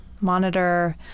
monitor